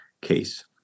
case